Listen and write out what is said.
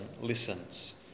listens